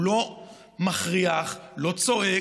הוא לא מכריח, לא צועק.